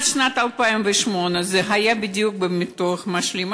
עד שנת 2008 זה היה בדיוק בביטוח משלים.